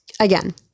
Again